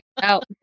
out